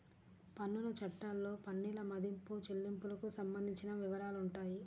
పన్నుల చట్టాల్లో పన్నుల మదింపు, చెల్లింపులకు సంబంధించిన వివరాలుంటాయి